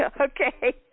Okay